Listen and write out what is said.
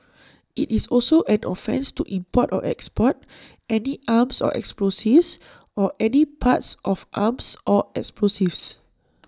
IT is also an offence to import or export any arms or explosives or any parts of arms or explosives